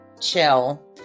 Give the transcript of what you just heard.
chill